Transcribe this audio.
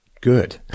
good